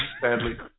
Sadly